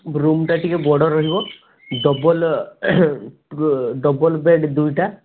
ରୁମ୍ଟା ଟିକେ ବଡ଼ ରହିବ ଡବଲ୍ ଡବଲ୍ ବେଡ଼୍ ଦୁଇଟା